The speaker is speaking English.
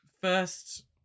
first